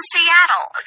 Seattle